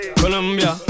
Colombia